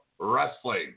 Wrestling